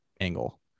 angle